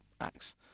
acts